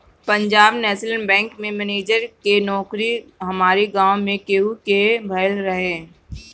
Punjab National Bank में manager के नोकरी हमारी गांव में केहू के भयल रहे